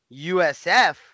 USF